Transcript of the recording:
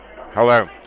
Hello